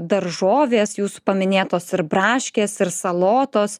daržovės jūsų paminėtos ir braškės ir salotos